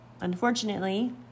Unfortunately